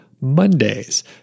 Mondays